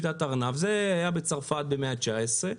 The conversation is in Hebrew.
זה היה בצרפת במאה ה-19,